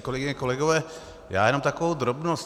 Kolegyně, kolegové, já jenom takovou drobnost.